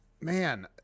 Man